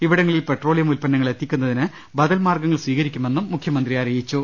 ഇവിടങ്ങളിൽ പെട്രോളിയം ഉത്പന്നങ്ങൾ എത്തിക്കുന്നതിന് ബദൽ മാർഗ്ഗങ്ങൾ സ്വീകരിക്കുമെന്നും മുഖ്യ മന്ത്രി പറഞ്ഞു